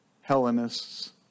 Hellenists